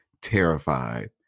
terrified